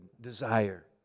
desire